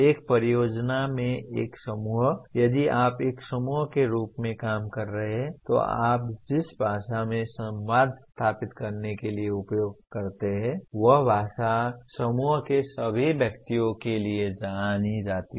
एक परियोजना में एक समूह यदि आप एक समूह के रूप में काम कर रहे हैं तो आप जिस भाषा में संवाद स्थापित करने के लिए उपयोग करते हैं वह भाषा समूह के सभी व्यक्तियों के लिए जानी जाती है